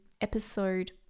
episode